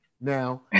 Now